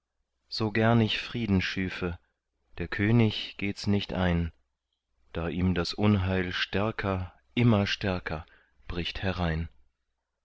so gern ich frieden schüfe der könig gehts nicht ein da ihm das unheil stärker immer stärker bricht herein